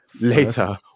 later